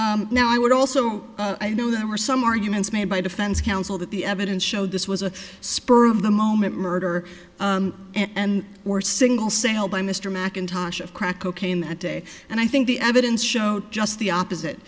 now i would also i know there were some arguments made by defense counsel that the evidence showed this was a spur of the moment murder and or single sale by mr mackintosh of crack cocaine that day and i think the evidence showed just the opposite